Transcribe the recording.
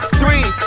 three